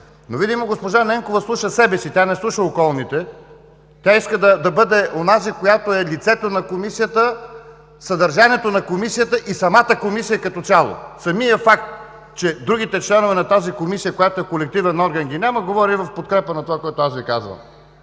Видимо госпожа Ненкова слуша себе си. Тя не слуша околните. Тя иска да бъде лицето на Комисията, съдържанието на Комисията и самата Комисия като цяло. Фактът, че другите членове на тази Комисия, която е колективен орган, ги няма, говори в подкрепа на онова, което аз Ви казвам.